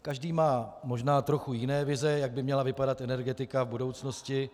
Každý má možná trochu jiné vize, jak by měla vypadat energetika budoucnosti.